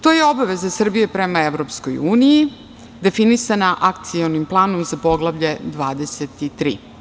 To je obaveza Srbije prema EU, definisana akcionim planom za poglavlje 23.